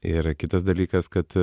ir kitas dalykas kad